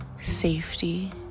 safety